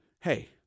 Hey